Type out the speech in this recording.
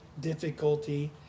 difficulty